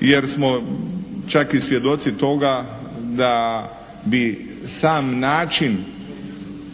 jer smo čak i svjedoci toga da bi sam način